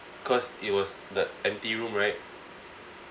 cause it was the empty room right